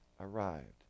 arrived